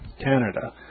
Canada